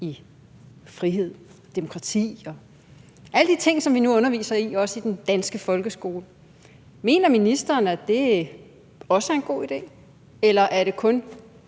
i frihed, demokrati og alle de ting, som vi nu underviser i i den danske folkeskole. Mener ministeren, at det også er en god idé, eller er det kun